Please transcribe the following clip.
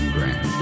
Grand